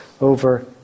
over